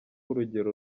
urugero